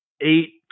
eight